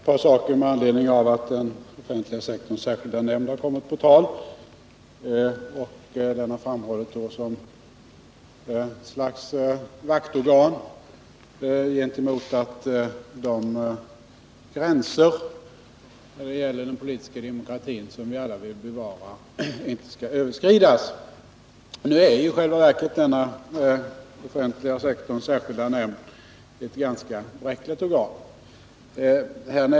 Herr talman! Jag vill bara säga ett par saker med anledning av att den offentliga sektorns särskilda nämnd har kommit på tal. Nämnden har framhållits som ett slags vaktorgan för att de gränser när det gäller den politiska demokratin som vi alla vill bevara inte skall överskridas. Nu är denna offentliga sektorns särskilda nämnd i själva verket ett ganska bräckligt organ.